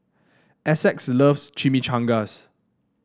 Essex loves Chimichangas